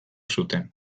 zuten